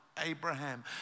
Abraham